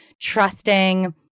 trusting